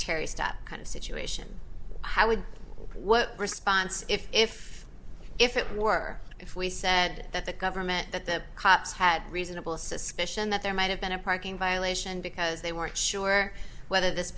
stop kind of situation how would what response if if it were if we said that the government that the cops had reasonable suspicion that there might have been a parking violation because they weren't sure whether this